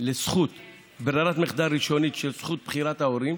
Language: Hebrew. לזכות ברירת מחדל ראשונית של זכות בחירת ההורים,